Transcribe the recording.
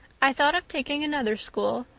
i thought of taking another school,